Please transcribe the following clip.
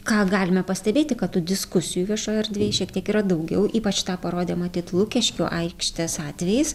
ką galime pastebėti kad tų diskusijų viešoj erdvėj šiek tiek yra daugiau ypač tą parodė matyt lukiškių aikštės atvejis